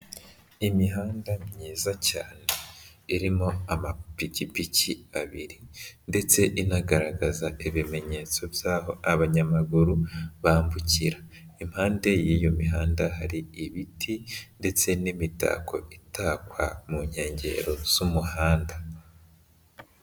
Imihanda myiza cyane, irimo amapikipiki abiri, ndetse inagaragaza ibimenyetso by'aho abanyamaguru bambukira, impande y'iyo mihanda hari ibiti ndetse n'imitako itakwa mu nkengero z'umuhanda.